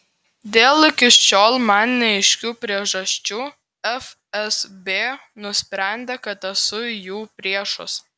dėl iki šiol man neaiškių priežasčių fsb nusprendė kad esu jų priešas